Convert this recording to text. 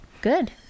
Good